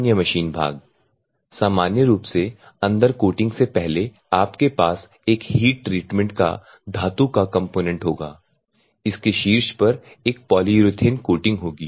अन्य मशीन भाग सामान्य रूप से अंदर कोटिंग से पहले आपके पास एक हीट ट्रीटमेंट का धातु का कंपोनेंट होगा इसके शीर्ष पर एक पॉलीयुरेथेन कोटिंग होगी